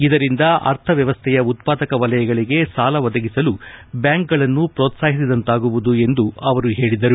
ಇದರಿಂದ ಅರ್ಥವ್ನವಸ್ಸೆಯ ಉತ್ಪಾದಕ ವಲಯಗಳಿಗೆ ಸಾಲ ಒದಗಿಸಲು ಬ್ಲಾಂಕ್ಗಳನ್ನು ಪ್ರೋತ್ಸಾಹಿಸಿದಂತಾಗುವುದು ಎಂದು ಅವರು ಹೇಳಿದರು